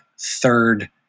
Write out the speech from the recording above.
third